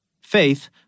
Faith